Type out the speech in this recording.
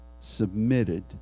submitted